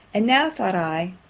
and now, thought i,